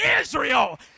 Israel